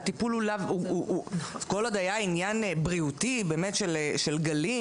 אז כל עוד היה עניין בריאותי של גלים,